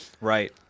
Right